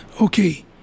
Okay